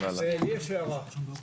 לי יש הערה.